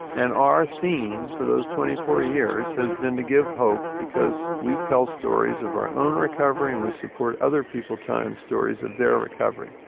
and our theme for those twenty four years has been to give hope because we tell stories of our own recovery and we support other people telling and stories of their recovery.